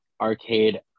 Arcade